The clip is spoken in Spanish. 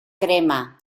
crema